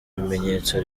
bimenyetso